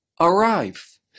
arrive